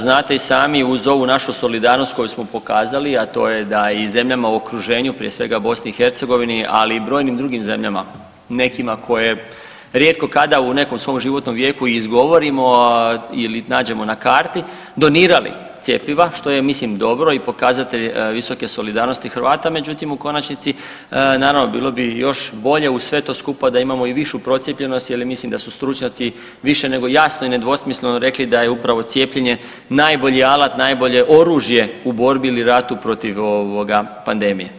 Znate i sami uz ovu našu solidarnost koju smo pokazali, a to je da i zemljama u okruženju, prije svega BiH, ali i brojnim drugim zemljama, nekima koje rijetko kada u nekom svom životnom vijeku i izgovorimo ili nađemo na karti, donirali cjepiva što je ja mislim dobro i pokazatelj visoke solidarnosti Hrvata, međutim u konačnici naravno bilo bi još bolje uz sve to skupa da imamo i višu procijepljenost jel mislim da su stručnjaci više nego jasno i nedvosmisleno rekli da je upravo cijepljenje najbolji alat, najbolje oružje u borbi ili ratu protiv pandemije.